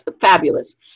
fabulous